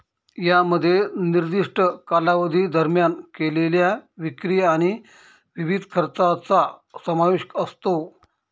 यामध्ये निर्दिष्ट कालावधी दरम्यान केलेल्या विक्री आणि विविध खर्चांचा समावेश असतो